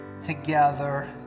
Together